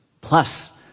plus